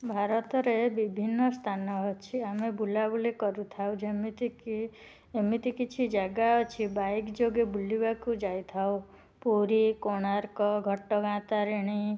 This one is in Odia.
ଭାରତରେ ବିଭିନ୍ନ ସ୍ଥାନ ଅଛି ଆମେ ବୁଲାବୁଲି କରୁଥାଉ ଯେମିତି କି ଏମିତି କିଛି ଜାଗା ଅଛି ବାଇକ୍ ଯୋଗେ ବୁଲିବାକୁ ଯାଇଥାଉ ପୁରୀ କୋଣାର୍କ ଘଟଗାଁ ତାରିଣୀ